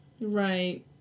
Right